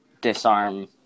disarm